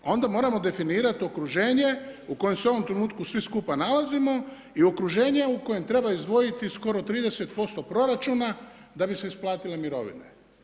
Onda moramo definirati okruženje u kojem se u ovom trenutku svi skupa nalazimo i okruženje u kojem treba izdvojiti skoro 30% proračuna da bi se isplatile mirovine.